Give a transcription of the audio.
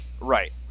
Right